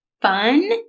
Fun